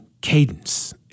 Cadence